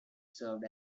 served